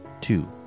Two